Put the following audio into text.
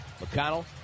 McConnell